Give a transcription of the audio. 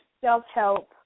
self-help